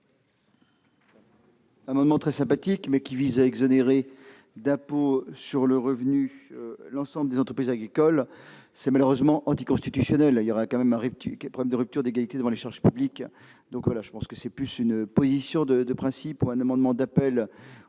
Cet amendement est très sympathique, mais il vise à exonérer d'impôt sur le revenu l'ensemble des entreprises agricoles, ce qui est malheureusement anticonstitutionnel, car cela poserait un problème de rupture d'égalité devant les charges publiques. Je pense qu'il s'agit plus d'une position de principe ou d'un amendement d'appel